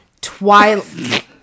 twilight